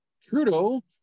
Trudeau